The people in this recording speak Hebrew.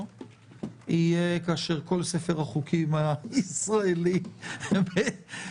יהיה כאשר כל ספר החוקים הישראלי בתוקף.